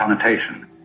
connotation